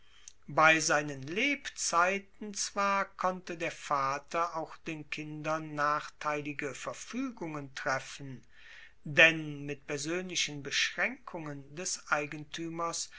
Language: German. bei seinen lebzeiten zwar konnte der vater auch den kindern nachteilige verfuegungen treffen denn mit persoenlichen beschraenkungen des eigentuemers